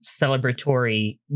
celebratory